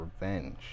revenge